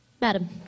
Madam